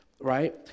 right